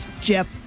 Jeff